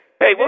Hey